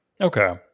okay